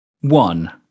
one